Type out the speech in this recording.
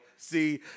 See